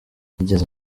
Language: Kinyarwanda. yigeze